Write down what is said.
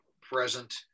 present